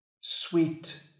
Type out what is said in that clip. sweet